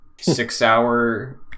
six-hour